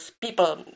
people